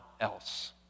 else